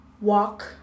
walk